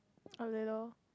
update lor